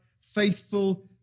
faithful